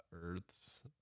Earths